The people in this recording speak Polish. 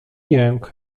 jęk